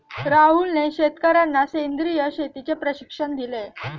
राहुलने शेतकर्यांना सेंद्रिय शेतीचे प्रशिक्षण दिले